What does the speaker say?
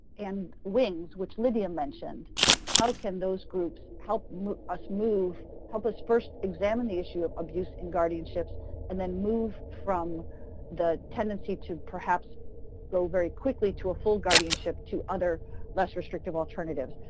and wings, which lydia mentioned how can those groups help us move, help us first examine the issue of abuse and guardianships and then move from the tendency to perhaps go very quickly to a full guardianship to other less restrictive alternatives?